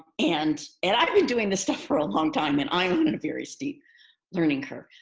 and and i've been doing this stuff for a long time and i am in and a very steep learning curve.